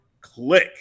click